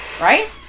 right